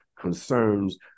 concerns